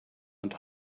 and